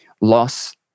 loss